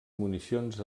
municions